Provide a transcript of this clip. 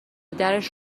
درش